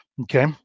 Okay